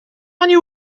ani